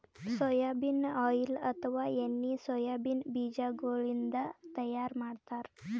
soybean oil ಅಥವಾ ಎಣ್ಣಿ soybean ಬಿಜಾಗೋಳಿನ್ದ ತೈಯಾರ್ ಮಾಡ್ತಾರ್